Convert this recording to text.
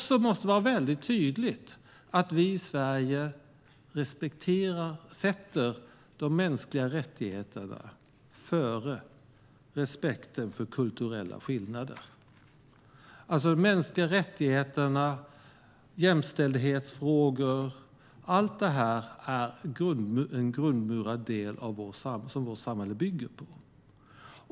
Det måste vara väldigt tydligt att vi i Sverige sätter de mänskliga rättigheterna före respekten för kulturella skillnader. Mänskliga rättigheter, jämställdhetsfrågor och allt det här är en grundmurad del som vårt samhälle bygger på.